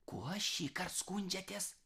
kuo šįkart skundžiatės